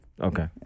Okay